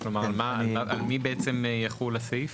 כלומר, על מי בעצם יחול הסעיף?